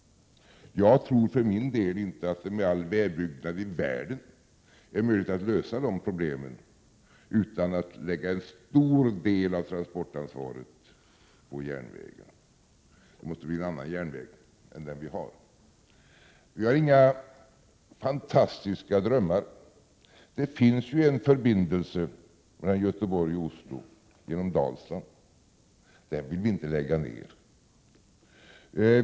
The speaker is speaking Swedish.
Jag tror för min del inte att det med all vägbyggnad i världen är möjligt att lösa de problemen utan att lägga en stor del av transportansvaret på järnvägen. Det måste bli en annan järnväg än den vi har. Vi har inga fantastiska drömmar. Det finns ju en förbindelse mellan Göteborg och Oslo genom Dalsland. Den vill vi inte lägga ner.